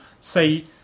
say